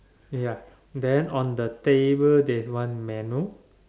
ya then on the table there's one manual